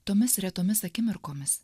tomis retomis akimirkomis